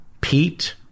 Pete